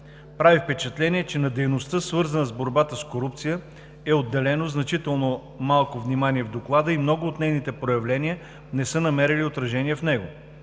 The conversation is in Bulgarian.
Прави впечатление, че на дейността, свързана с борбата с корупция, е отделено значително малко внимание в Доклада и много от нейните проявления не са намерили отражение в него.